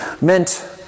meant